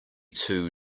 too